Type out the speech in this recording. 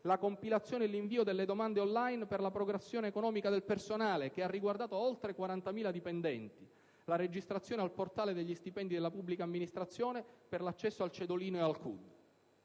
la compilazione e l'invio delle domande *on line* per la progressione economica del personale, che ha riguardato oltre 40.000 dipendenti, la registrazione al portale degli stipendi della pubblica amministrazione per l'accesso al cedolino e al CUD.